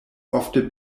ofte